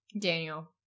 Daniel